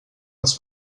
els